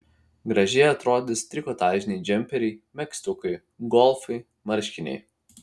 gražiai atrodys trikotažiniai džemperiai megztukai golfai marškiniai